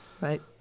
Right